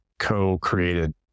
co-created